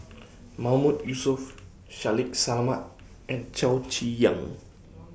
Mahmood Yusof Shaffiq Selamat and Chow Chee Yong